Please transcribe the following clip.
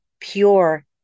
pure